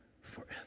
forever